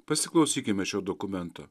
pasiklausykime šio dokumento